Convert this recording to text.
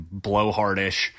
blowhardish